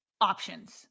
options